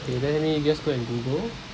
okay let me just go and google